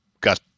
got